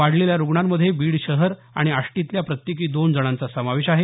वाढलेल्या रुग्णांमध्ये बीड शहर आणि आष्टीतल्या प्रत्येकी दोन जणांचा समावेश आहे